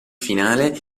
finale